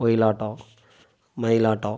Oyilattam Mayilattam